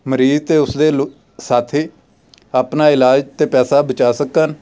ਮਰੀਜ਼ ਅਤੇ ਉਸਦੇ ਲੁ ਸਾਥੀ ਆਪਣਾ ਇਲਾਜ ਅਤੇ ਪੈਸਾ ਬਚਾ ਸਕਣ